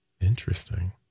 Interesting